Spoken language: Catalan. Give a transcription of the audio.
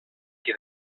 qui